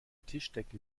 tischdecke